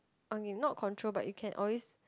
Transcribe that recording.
on in not control but you can always